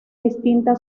distinta